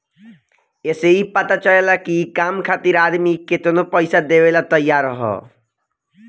ए से ई पता चलेला की काम खातिर आदमी केतनो पइसा देवेला तइयार हअ